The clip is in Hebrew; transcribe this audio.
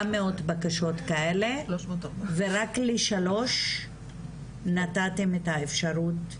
בקשות כאלה ורק לשלוש נתתם את האפשרות ?